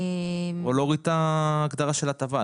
או להוריד את ההגדרה של הטבה,